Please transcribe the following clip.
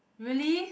really